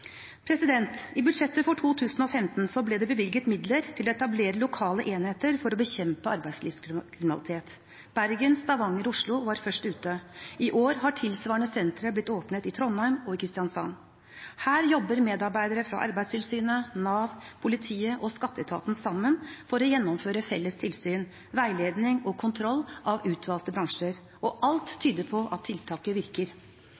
I budsjettet for 2015 ble det bevilget midler til å etablere lokale enheter for å bekjempe arbeidslivskriminalitet. Bergen, Stavanger og Oslo var først ute. I år har tilsvarende sentre blitt åpnet i Trondheim og i Kristiansand. Her jobber medarbeidere fra Arbeidstilsynet, Nav, politiet og skatteetaten sammen for å gjennomføre felles tilsyn, veiledning og kontroll av utvalgte bransjer, og alt tyder på at tiltaket virker.